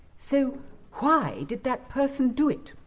so why did that person do it?